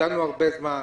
המתנו הרבה זמן.